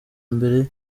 mbere